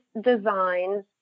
Designs